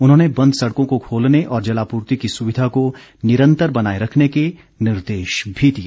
उन्होंने बंद सड़कों को खोलने और जलापूर्ति की सुविधा को निरंतर बनाए रखने के निर्देश भी दिए